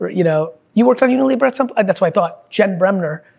but you know, you worked on unilever at some, that's what i thought, jen bremner,